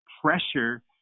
pressure